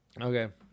Okay